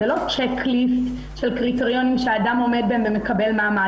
זה לא שיש קריטריונים שעמד עומד בהם ומקבל מעמד,